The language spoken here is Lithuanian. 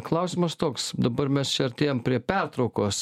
klausimas toks dabar mes artėjam prie pertraukos